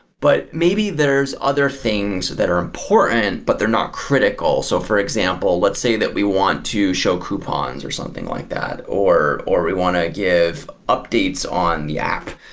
but maybe there're other things that are important, but they're not critical. so for example, let's say that we want to show coupons or something like that, or or we want to give updates on the app,